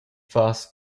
fas